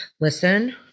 listen